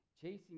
chasing